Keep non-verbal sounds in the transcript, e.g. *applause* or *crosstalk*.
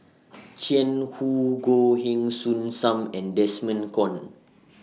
*noise* Jiang Hu Goh Heng Soon SAM and Desmond Kon